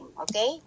Okay